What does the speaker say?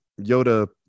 Yoda